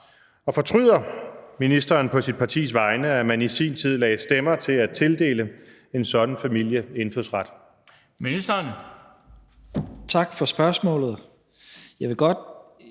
og fortryder ministeren på sit partis vegne, at man i sin tid lagde stemmer til at tildele en sådan familie indfødsret?